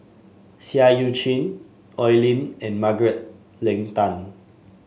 Seah Eu Chin Oi Lin and Margaret Leng Tan